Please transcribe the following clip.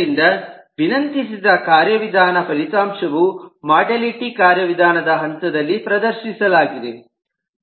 ಆದ್ದರಿಂದ ವಿನಂತಿಸಿದ ಕಾರ್ಯವಿಧಾನ ಫಲಿತಾಂಶವು ಮೊಡಾಲಿಟಿ ಕಾರ್ಯವಿಧಾನ ಹಂತದಲ್ಲಿ ಪ್ರದರ್ಶಿಸಲಾಗಿದೆ